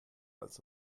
als